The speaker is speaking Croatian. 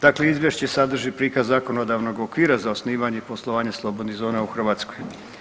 Dakle, izvješće sadrži prikaz zakonodavnog okvira za osnivanje i poslovanje slobodnih zona u Hrvatskoj.